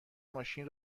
ماشین